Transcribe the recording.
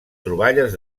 troballes